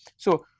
so,